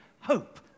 hope